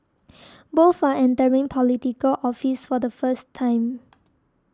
both are entering Political Office for the first time